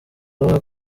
avuga